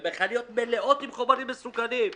זאת בעוד שמכליות מלאות בחומרים מסוכנים,